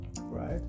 right